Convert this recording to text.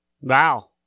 Wow